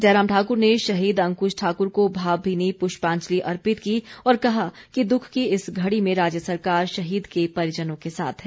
जयराम ठाक्र ने शहीद अंक्श ठाक्र को भावभीनी पुष्पांजलि अर्पित की और कहा कि दुख की इस घड़ी में राज्य सरकार शहीद के परिजनों के साथ है